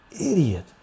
idiot